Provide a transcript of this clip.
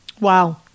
Wow